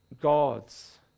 gods